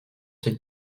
ses